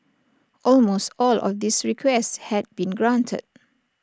almost all of these requests had been granted